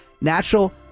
natural